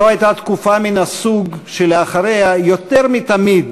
זו הייתה תקופה שלאחריה יותר מתמיד